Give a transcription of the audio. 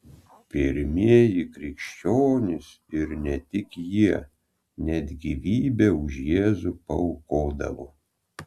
pirmieji krikščionys ir ne tik jie net gyvybę už jėzų paaukodavo